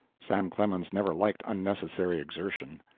sam clemens never liked unnecessary exertion.